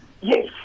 Yes